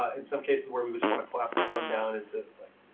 in some cases where we just want to collapse and bone down into like